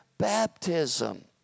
Baptism